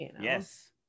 Yes